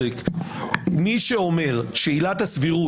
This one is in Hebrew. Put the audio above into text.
יש הרי פסיקה --- אני שואל את עצמי